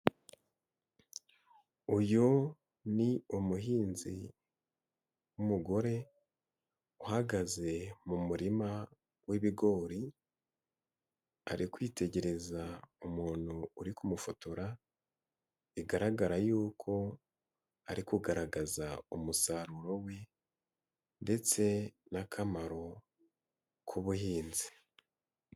Uyu ni umuhinzi w'umugore uhagaze mu murima w'ibigori, ari kwitegereza umuntu uri kumufotora, bigaragara y'uko ari kugaragaza umusaruro we ndetse n'akamaro k'ubuhinzi.